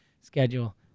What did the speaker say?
schedule